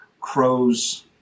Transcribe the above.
Crows